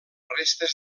restes